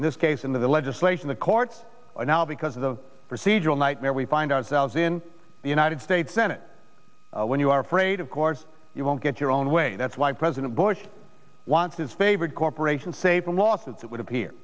in this case in the legislation the courts are now because of the procedural nightmare we find ourselves in the united states senate when you are afraid of course you won't get your own way that's why president bush wants his favorite corporation say from lawsuits it would appear